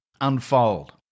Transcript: unfold